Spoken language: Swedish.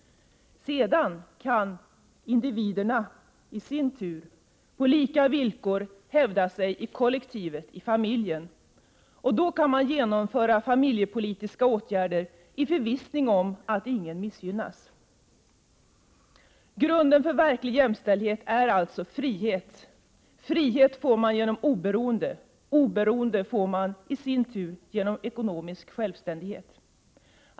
Sedan kan individerna i sin tur, på lika villkor, hävda sig i kollektivet, i familjen, och då kan man genomföra familjepolitiska åtgärder i förvissning om att ingen missgynnas. Grunden för verklig jämställdhet är alltså frihet. Frihet får man genom oberoende. Oberoende får man i sin tur genom ekonomisk självständighet.